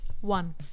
One